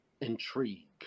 intrigue